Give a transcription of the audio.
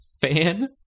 fan